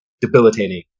debilitating